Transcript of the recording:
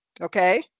Okay